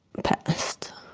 passed